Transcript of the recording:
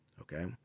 okay